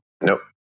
Nope